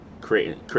creating